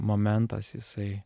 momentas jisai